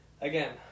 Again